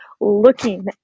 looking